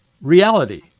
reality